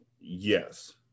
Yes